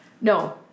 No